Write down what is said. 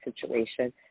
situation